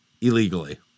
illegally